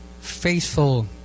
faithful